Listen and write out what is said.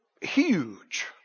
huge